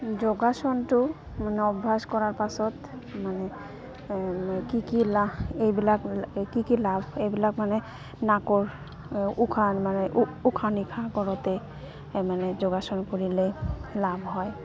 যোগাসনটো মানে অভ্যাস কৰাৰ পাছত মানে কি কি লাভ এইবিলাক কি কি লাভ এইবিলাক মানে নাকৰ উশাহ মানে উশাহ নিশাহ কৰোতে মানে যোগাসন কৰিলে লাভ হয়